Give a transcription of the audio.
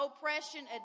oppression